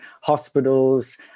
hospitals